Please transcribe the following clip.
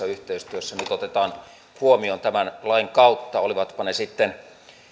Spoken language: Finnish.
yhteistyössä nyt otetaan huomioon tämän lain kautta olivatpa ne sitten